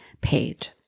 page